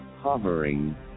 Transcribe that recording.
hovering